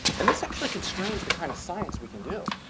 and this actually constrains the kind of science we can do.